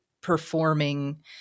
performing